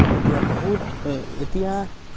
এতিয়া বহুত এতিয়া